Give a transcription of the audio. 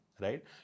right